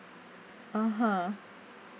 (uh huh)